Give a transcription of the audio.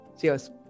cheers